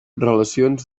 relacions